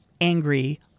angry